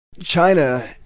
China